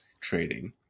trading